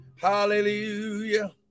Hallelujah